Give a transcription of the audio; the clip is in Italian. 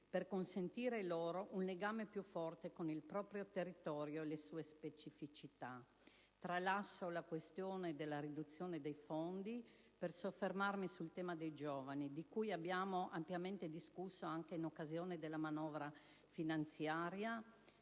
per consentire loro un legame più forte con il proprio territorio e le sue specificità. Tralascio la questione della riduzione dei fondi, per soffermarmi sul tema dei giovani, di cui abbiamo ampiamente discusso anche in occasione della manovra finanziaria,